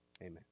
Amen